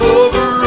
over